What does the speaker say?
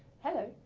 hello,